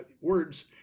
words